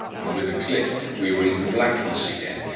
and with a click we were in the blackness again,